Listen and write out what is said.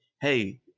hey